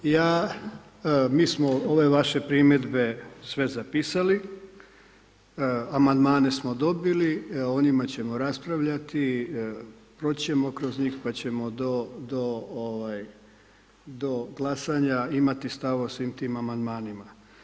Ja, mi smo ove vaše primjedbe sve zapisali, amandmane smo dobili, o njima ćemo raspravljati, proći ćemo kroz njih pa ćemo do glasanja imati stav o svim tim amandmanima.